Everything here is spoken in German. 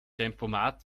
tempomat